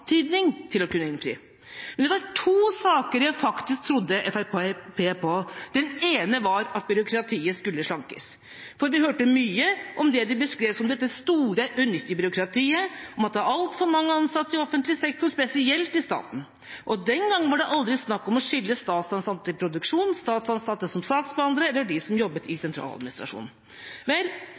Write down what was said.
antydning til å kunne innfri. Men det var to saker jeg faktisk trodde Fremskrittspartiet på, og den ene var at byråkratiet skulle slankes. For vi hørte mye om det de beskrev som dette store, unyttige byråkratiet, om at det var altfor mange ansatte i offentlig sektor, spesielt i staten, og den gangen var det aldri snakk om å skille mellom statsansatte i produksjon, statsansatte som saksbehandlere og de som jobbet i sentraladministrasjonen. Vel,